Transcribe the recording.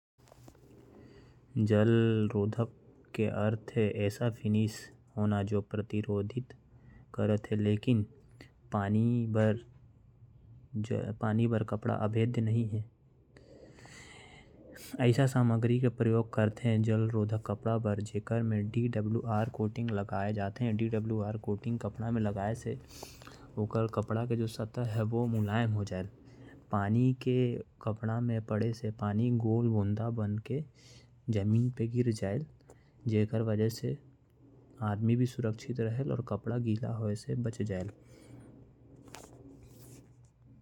जल रोधक के अर्थ है। वाटरप्रूफ सामग्री पानी के संपक म आय ले प्रभावित नइ होवय। तरल वाटरप्रूफ सामग्री ले नइ गुजर सकय। वाटरप्रूफ सामग्री के कुछ उदाहरण जल प्रतिरोधी सीमेंट। जल प्रतिरोधी कोटिंग वाटर प्रूफ शावर पर्दा जल रोधी रेनकोट।